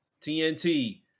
tnt